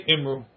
Imru